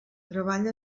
treballa